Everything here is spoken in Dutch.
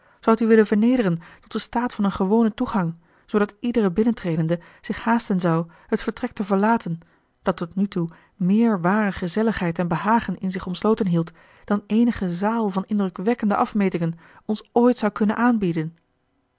zoudt u willen vernederen tot den staat van een gewonen toegang zoodat iedere binnentredende zich haasten zou het vertrek te verlaten dat tot nu toe meer ware gezelligheid en behagen in zich omsloten hield dan enige zaal van indrukwekkende afmetingen ons ooit zou kunnen aanbieden